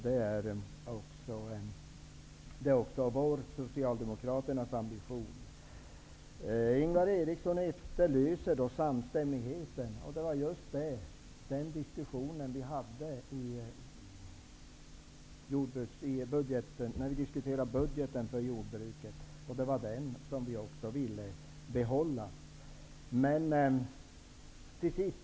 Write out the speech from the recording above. Det är också Socialdemokraternas ambition. Ingvar Eriksson efterlyser samstämmighet. Det var just den diskussionen vi förde i samband med debatten om budgeten för jordbruket. Vi sade då att vi ville behålla samstämmigheten.